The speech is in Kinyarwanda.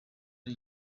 ari